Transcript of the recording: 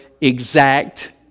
exact